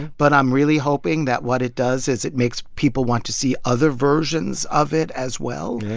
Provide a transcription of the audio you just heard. but i'm really hoping that what it does is it makes people want to see other versions of it, as well.